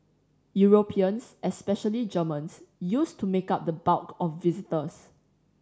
Europeans especially Germans used to make up the bulk of visitors